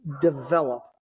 develop